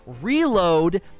reload